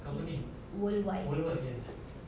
it's worldwide